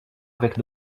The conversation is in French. avec